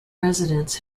residents